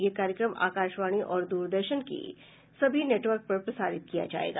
यह कार्यक्रम आकाशवाणी और द्रदर्शन के सभी नेटवर्क पर प्रसारित किया जाएगा